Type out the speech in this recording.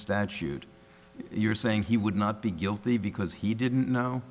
statute you're saying he would not be guilty because he didn't know